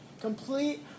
Complete